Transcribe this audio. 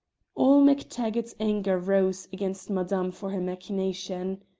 all mactaggart's anger rose against madame for her machination.